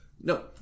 No